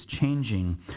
changing